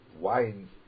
wine